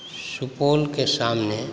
सुपौलके सामने